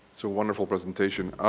so a wonderful presentation.